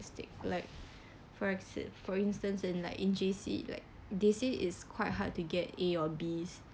mistake like for for instance in like in J_C like they say is quite hard to get A or Bs